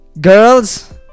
girls